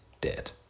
dead